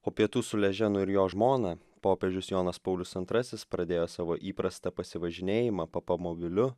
po pietų su leženu ir jo žmona popiežius jonas paulius antrasis pradėjo savo įprastą pasivažinėjimą papamobiliu